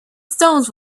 stones